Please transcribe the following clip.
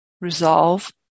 resolve